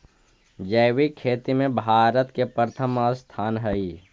जैविक खेती में भारत के प्रथम स्थान हई